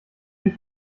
dich